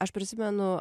aš prisimenu